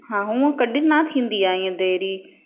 हा हूंअं कॾहिं न थींदी आहे ईअं देरी